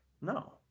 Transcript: No